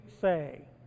say